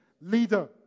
leader